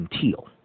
Teal